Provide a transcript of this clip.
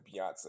Beyonce